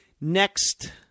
Next